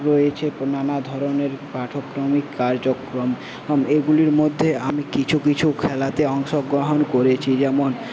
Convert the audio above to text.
রয়েছে নানা ধরনের পাঠক্রমিক কার্যক্রম এইগুলির মধ্যে আমি কিছু কিছু খেলাতে অংশগ্রহণ করেছি যেমন